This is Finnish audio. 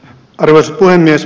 arvoisa puhemies